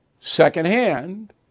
secondhand